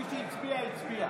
מי שהצביע, הצביע.